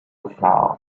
flour